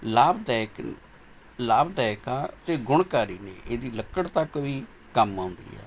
ਲਾਭਦਾਇਕ ਲਾਭਦਾਇਕਾ ਅਤੇ ਗੁਣਕਾਰੀ ਨੇ ਇਹਦੀ ਲੱਕੜ ਤੱਕ ਵੀ ਕੰਮ ਆਉਂਦੀ ਹੈ